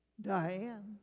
Diane